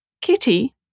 Kitty